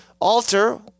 Alter